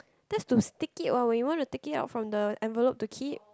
that's to stick it what when you want to take it out from the envelope to keep